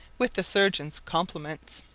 with the surgeon's compliments.